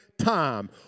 Time